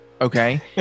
okay